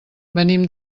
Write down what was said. venim